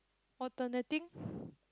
alternative